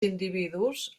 individus